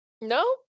No